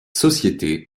société